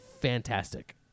fantastic